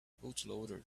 bootloader